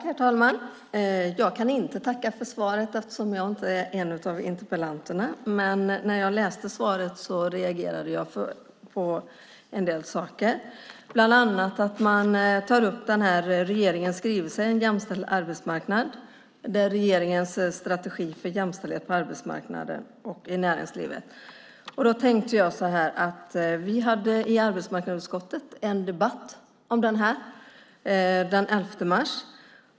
Herr talman! Jag kan inte tacka för svaret eftersom jag inte är en av interpellanterna. Men när jag hörde svaret reagerade jag på en del saker, bland annat att man tar upp regeringens skrivelse En jämställd arbetsmarknad där regeringens strategi för jämställdhet på arbetsmarknaden och i näringslivet redovisas. Vi hade i arbetsmarknadsutskottet en debatt om den skrivelsen den 11 mars.